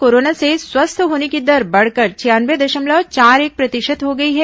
corona से स्वस्थ होने की दर बढ़कर छियानवे दशमलव चार एक प्रतिशत हो गई है